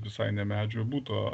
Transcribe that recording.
visai ne medžio o buto